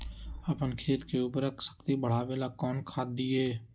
अपन खेत के उर्वरक शक्ति बढावेला कौन खाद दीये?